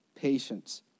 Patience